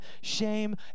shame